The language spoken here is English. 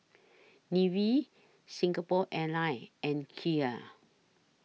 Nivea Singapore Airlines and Kia